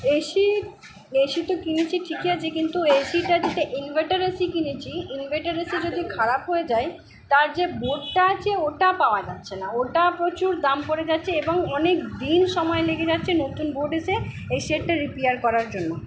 AC AC তো কিনছি ঠিকই আছে কিন্তু এসিটা যেটা ইনভারটার এসি কিনেছি ইনভারটার এসি যদি খারাপ হয়ে যায় তার যে বোর্ডটা আছে ওটা পাওয়া যাচ্ছে না ওটা প্রচুর দাম পড়ে যাচ্ছে এবং অনেক দিন সময় লেগে যাচ্ছে নতুন বোর্ড এসে এই সেটটা রিপেয়ার করার জন্য